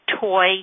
toy